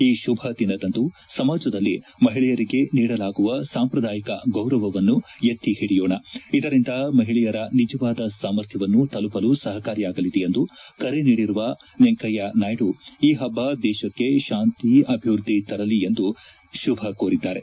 ಈ ಶುಭದಿನದಂದು ಸಮಾಜದಲ್ಲಿ ಮಹಿಳೆಯರಿಗೆ ನೀಡಲಾಗುವ ಸಾಂಪ್ರದಾಯಿಕ ಗೌರವವನ್ನು ಎತ್ತಿಹಿಡಿಯೋಣ ಇದರಿಂದ ಮಹಿಳೆಯರ ನಿಜವಾದ ಸಾಮರ್ಥ್ಯವನ್ನು ತಲುಪಲು ಸಹಕಾರಿಯಾಗಲಿದೆ ಎಂದು ಕರೆ ನೀಡಿರುವ ವೆಂಕಯ್ಯನಾಯ್ತು ಈ ಹಬ್ಬ ದೇಶಕ್ಕೆ ಶಾಂತಿ ಅಭಿವ್ವದ್ದಿ ತರಲಿ ಎಂದು ಶುಭಾಶಯ ಕೋರಿದ್ದಾರೆ